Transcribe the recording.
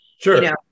sure